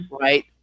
right